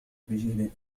بجهد